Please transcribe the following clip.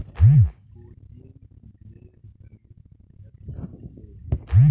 भेड़ेर क्रचिंग भेड़ेर तने सेहतमंद छे